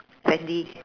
sandy